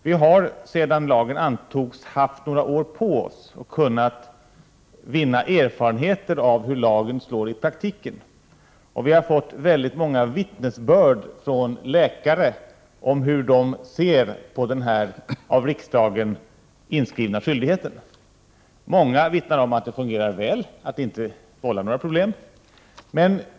Vi har sedan lagen antogs haft några år på oss och kunnat vinna erfarenheter av hur lagen slår i praktiken. Vi har fått väldigt många vittnesbörd från läkare om hur de ser på denna av riksdagen inskrivna skyldighet. Många vittnar om att detta fungerar bra, att det inte vållar några problem.